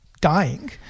dying